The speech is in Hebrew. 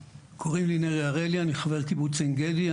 קוראים לי נרי אראלי, אני חבר קיבוץ עין גדי.